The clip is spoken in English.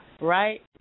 right